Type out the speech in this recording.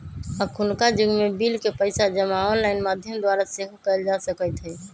अखुन्का जुग में बिल के पइसा जमा ऑनलाइन माध्यम द्वारा सेहो कयल जा सकइत हइ